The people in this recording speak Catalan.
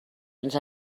ens